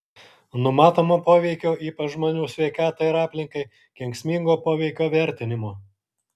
numatomo poveikio ypač žmonių sveikatai ir aplinkai kenksmingo poveikio vertinimo